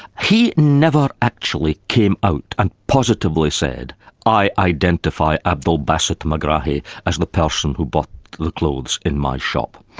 he never actually came out and positively said i identify abdel bassett megrahi as the person who bought the clothes in my shop.